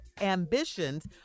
Ambitions